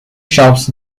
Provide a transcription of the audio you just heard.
shops